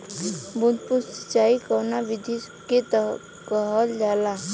बूंद बूंद सिंचाई कवने सिंचाई विधि के कहल जाला?